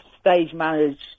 stage-managed